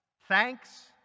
Thanks